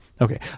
Okay